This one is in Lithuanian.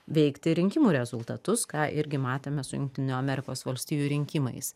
veikti rinkimų rezultatus ką irgi matėme su jungtinių amerikos valstijų rinkimais